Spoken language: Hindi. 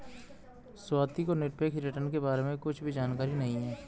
स्वाति को निरपेक्ष रिटर्न के बारे में कुछ भी जानकारी नहीं है